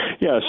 Yes